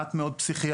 מעט מאוד פסיכיאטרים,